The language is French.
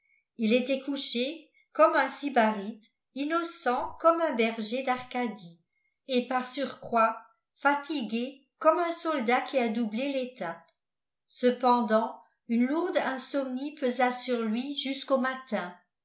il était couché comme un sybarite innocent comme un berger d'arcadie et par surcroît fatigué comme un soldat qui a doublé l'étape cependant une lourde insomnie pesa sur lui jusqu'au matin